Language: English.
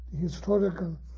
historical